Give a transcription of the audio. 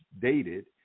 dated